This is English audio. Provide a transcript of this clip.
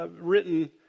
written